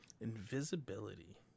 Invisibility